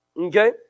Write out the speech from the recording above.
Okay